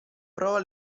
prova